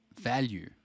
value